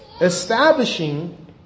Establishing